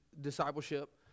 discipleship